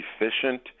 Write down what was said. efficient